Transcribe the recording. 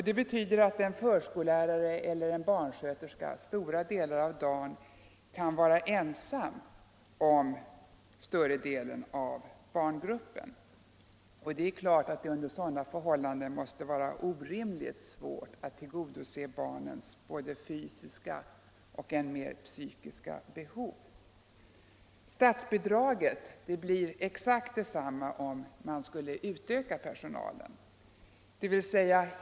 Det innebär att en förskollärare eller en barnsköterska stora delar av dagen kan vara ensam om att ha hand om barngruppen. Det är uppenbart att det under sådana förhållanden måste vara orimligt svårt att tillgodose barnens både fysiska och än mer psykiska behov. Statsbidraget blir exakt detsamma om personalen skulle utökas.